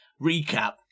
recap